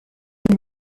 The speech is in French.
elle